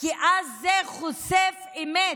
כי אז זה חושף אמת,